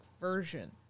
version